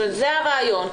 זה הרעיון.